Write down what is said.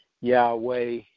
Yahweh